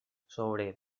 sobre